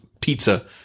pizza